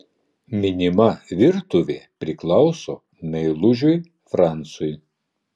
minima virtuvė priklauso meilužiui francui